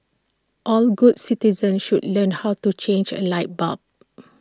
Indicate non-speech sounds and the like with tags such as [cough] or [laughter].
all good citizens should learn how to change A light bulb [noise]